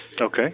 Okay